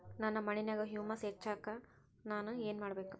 ನನ್ನ ಮಣ್ಣಿನ್ಯಾಗ್ ಹುಮ್ಯೂಸ್ ಹೆಚ್ಚಾಕ್ ನಾನ್ ಏನು ಮಾಡ್ಬೇಕ್?